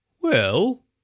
Well